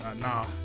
nah